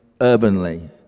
urbanly